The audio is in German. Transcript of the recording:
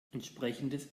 entsprechendes